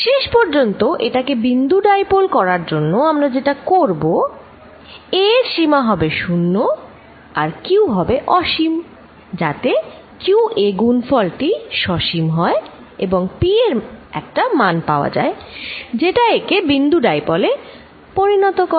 শেষপর্যন্ত এটাকে বিন্দু ডাইপোল করার জন্য আমরা যেটা করব a এর সীমা হবে 0 আর q হবে অসীম যাতে করে qa গুণফল টি সসীম হয় এবং p এর একটা মান পাওয়া যায় যেটা একে বিন্দু ডাইপোল এ পরিণত করে